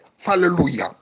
Hallelujah